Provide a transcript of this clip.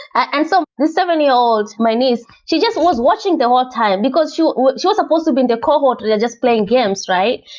and so the seven-year-old, my niece, she just was watching the whole time, because she she was supposed so in the cohort yeah just playing games, right?